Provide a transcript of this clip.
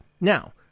Now